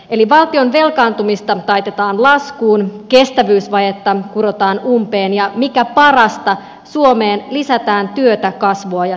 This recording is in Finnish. eli valtion velkaantumista taitetaan laskuun kestävyysvajetta kurotaan umpeen ja mikä parasta suomeen lisätään työtä kasvua ja työpaikkoja